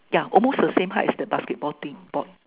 yeah almost the same height as the basketball thing board